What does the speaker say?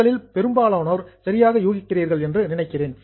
உங்களில் பெரும்பாலானோர் சரியாக கஸ் யூகிக்கிறீர்கள் என்று நினைக்கிறேன்